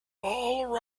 all